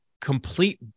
complete